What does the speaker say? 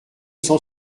cent